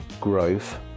growth